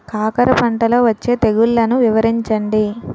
కాకర పంటలో వచ్చే తెగుళ్లను వివరించండి?